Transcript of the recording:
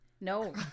No